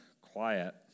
quiet